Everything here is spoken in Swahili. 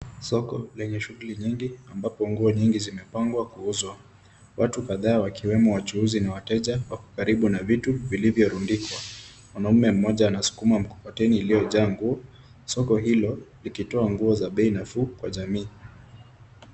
Soko lenye shughuli nyingi hapo nguo nyingi zimepangwa kuuzwa, watu kadhaa wakiwemo wachuuzi na wateja, wako karibu na kuna vitu. vilivyorundikwa mwanaume mmoja anasukuma mkokoteni iliyojaa nguo, soko hilo likitoa nguo za bei nafuu kwa jamii.